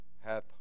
hath